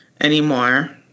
anymore